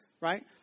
right